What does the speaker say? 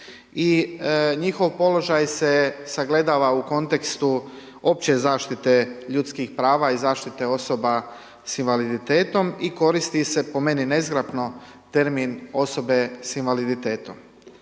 njihov položaj se sagledava u kontekstu opće zaštite ljudskih prava i zaštite osoba s invaliditetom i koristi se, po meni nezgrapno, termin osobe s invaliditetom.